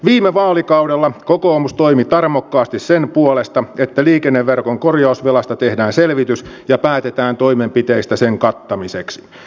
viime vaalikaudella kokoomus toimi tarmokkaasti sen puolesta että liikenneverkon korjausvelasta tehdään selvitys ja päätetään toimenpiteistä sen kattamiseksi